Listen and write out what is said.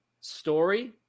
story